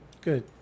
Good